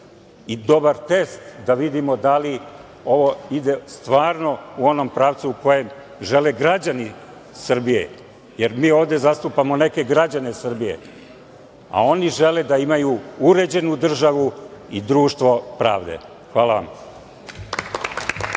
i dobar test da vidimo da li ovo ide stvarno u onom pravcu koji žele građani Srbije. Mi ovde zastupamo neke građane Srbije. Oni žele da imaju uređenu državu i društvo pravde. Hvala vam.